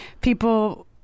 people